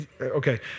Okay